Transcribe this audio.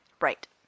Right